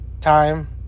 Time